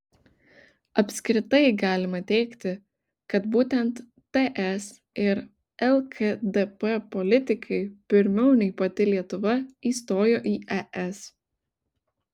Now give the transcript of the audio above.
apskritai galima teigti kad būtent ts ir lkdp politikai pirmiau nei pati lietuva įstojo į es